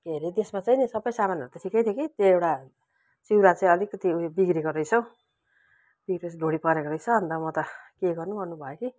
के अरे त्यसमा चाहिँ नि सबै सामानहरू त ठिकै थियो कि त्यो एउटा चिउरा चाहिँ अलिकति उयो बिग्रेको रहेछ हो त्यो चाहिँ ढुँडी परेको रहेछ अन्त म त के गर्नु गर्नु भएँ के